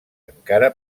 encara